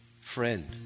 Friend